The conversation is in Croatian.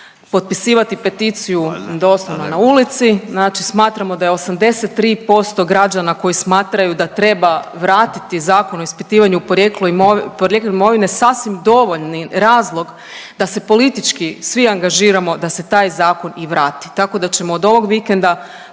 potpisivati peticiju doslovno na ulici. Znači smatramo da je 83% građana koji smatraju da trebaju vratiti Zakon o ispitivanju porijeklu, porijekla imovine sasvim dovoljni razloga da se politički svi angažiramo da se taj zakon i vrati. Tako da ćemo od ovog vikenda